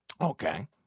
Okay